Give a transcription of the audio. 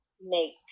make